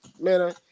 man